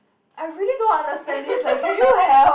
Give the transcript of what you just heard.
I really don't understand this leh can you help